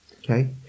Okay